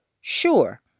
Sure